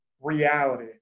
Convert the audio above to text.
reality